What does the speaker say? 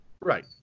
Right